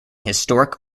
historic